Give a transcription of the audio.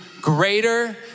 greater